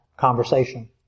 conversation